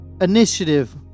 Initiative